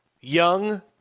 Young